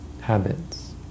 habits